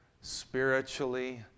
spiritually